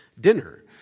dinner